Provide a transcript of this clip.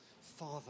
Father